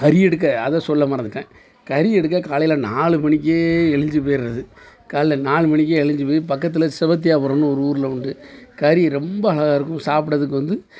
கறி எடுக்க அதை சொல்ல மறந்துவிட்டேன் கறி எடுக்க காலையில் நாலு மணிக்கே எழுந்துச்சி போயிட்றது காலைல நாலு மணிக்கே எழுந்துச்சி போய் பக்கத்தில் செவத்தியாபுரம்ன்னு ஒரு ஊரில் உண்டு கறி ரொம்ப அழகா இருக்கும் சாப்பிட்றத்துக்கு வந்து